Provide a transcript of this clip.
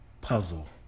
puzzle